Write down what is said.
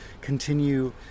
continue